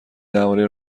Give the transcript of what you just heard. درباره